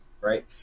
Right